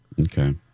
Okay